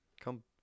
come